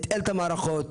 את "אלתא מערכות",